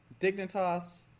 Dignitas